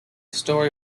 story